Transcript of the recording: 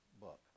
book